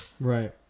Right